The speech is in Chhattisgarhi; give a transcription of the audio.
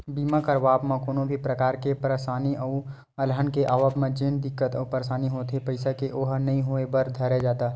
बीमा करवाब म कोनो भी परकार के परसानी अउ अलहन के आवब म जेन दिक्कत अउ परसानी होथे पइसा के ओहा नइ होय बर धरय जादा